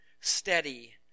steady